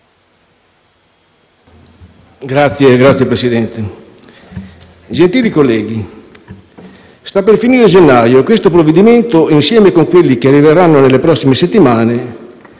Signor Presidente, gentili colleghi, sta per finire gennaio e questo provvedimento, insieme a quelli che arriveranno nelle prossime settimane,